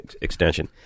extension